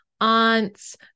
aunts